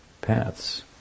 paths